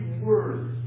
word